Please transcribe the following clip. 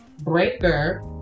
Breaker